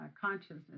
consciousness